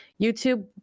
youtube